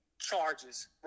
charges